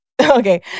Okay